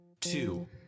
two